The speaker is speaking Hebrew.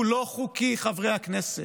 הוא לא חוקי, חברי הכנסת,